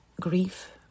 grief